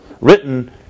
Written